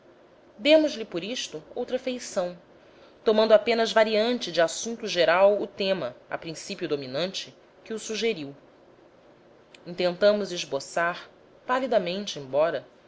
apontar demos-lhe por isto outra feição tornando apenas variante de assunto geral o tema a princípio dominante que o sugeriu intentamos esboçar palidamente embora